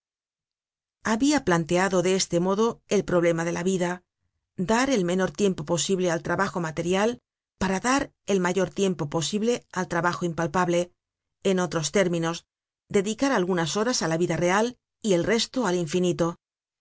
habia planteado de este modo el problema de la vida dar el menor tiempo posible al trabajo material para dar el mayor tiempo posible al trabajo impalpable en otros términos dedicar algunas horas á la vida real y el resto al infinito